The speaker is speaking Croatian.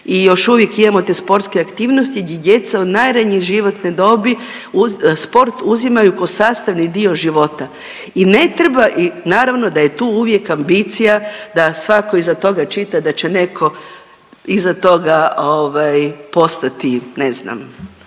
i još uvijek imamo te sportske aktivnosti gdje djeca od najranije životne dobi uz, sport uzimaju ko sastavni dio života. I ne treba, naravno da je tu ambicija da svatko iza toga čita da će netko iza toga ovaj postati ne znam